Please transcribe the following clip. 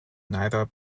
neither